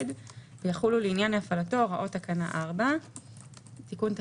השעות שקדמו להצגתה,"; אחרי ההגדרה "הוראות המנהל" יבוא: